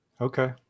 okay